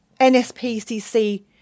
NSPCC